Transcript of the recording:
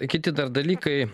kiti dar dalykai